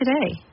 today